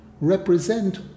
represent